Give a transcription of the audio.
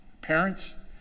Parents